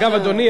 אדוני,